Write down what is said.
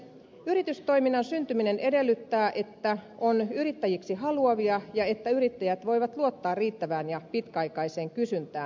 yritystoiminnan syntyminen edellyttää että on yrittäjiksi haluavia ja että yrittäjät voivat luottaa riittävään ja pitkäaikaiseen kysyntään